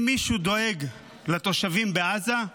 אם מישהו דואג לתושבים בעזה,